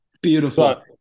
beautiful